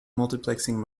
multiplexing